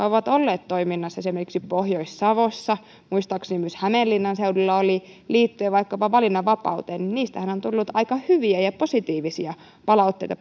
ovat olleet toiminnassa esimerkiksi pohjois savossa muistaakseni myös hämeenlinnan seudulla oli liittyen vaikkapa valinnanvapauteen on tullut aika hyviä ja positiivisia palautteita